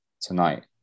tonight